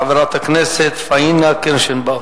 חברת הכנסת פאינה קירשנבאום.